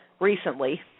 recently